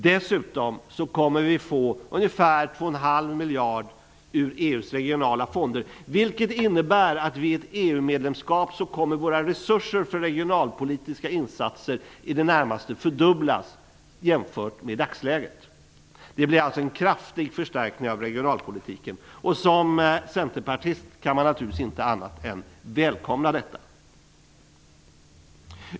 Dessutom kommer vi att få ungefär två och en halv miljard ur EU:s regionala fonder, vilket innebär att vid ett EU-medlemskap kommer våra resurser för regionalpolitiska insatser att i det närmaste fördubblas, jämfört med dagsläget. Det blir alltså en kraftig förstärkning av regionalpolitiken. Som centerpartist kan man naturligtvis inte annat än välkomna detta.